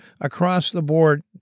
across-the-board